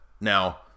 Now